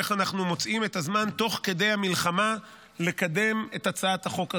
איך אנחנו מוצאים זמן תוך כדי המלחמה לקדם את הצעת החוק הזאת.